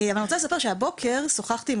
אבל אני רוצה לספר שהבוקר שוחחתי עם